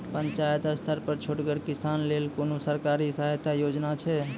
पंचायत स्तर पर छोटगर किसानक लेल कुनू सरकारी सहायता योजना छै?